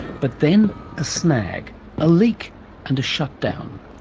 but then a snag a leak and a shutdown.